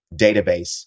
database